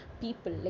people